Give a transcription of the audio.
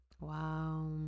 Wow